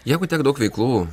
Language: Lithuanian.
jeigu tiek daug veiklų